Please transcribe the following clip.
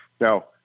Now